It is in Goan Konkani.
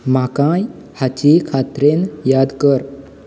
म्हाका हाची खात्रेन याद कर